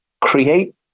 create